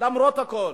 למרות הכול,